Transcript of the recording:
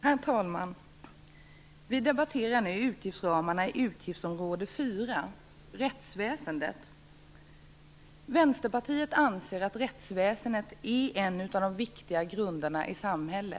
Herr talman! Vi debatterar nu utgiftsramarna i utgiftsområde 4, rättsväsendet. Vänsterpartiet anser att rättsväsendet är en av de viktiga grunderna i samhället.